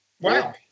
Wow